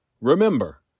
Remember